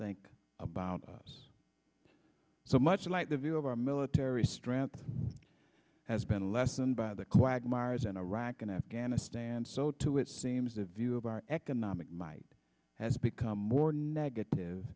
think about us so much like the view of our military strength has been lessened by the quagmires in iraq and afghanistan so too it seems the view of our economic might has become more negative